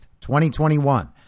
2021